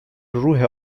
روح